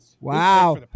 Wow